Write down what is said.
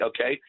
okay